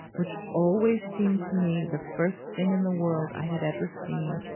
which always seemed to me the first thing in the world i had ever seen,